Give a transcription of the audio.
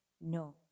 no